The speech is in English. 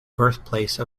birthplace